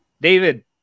David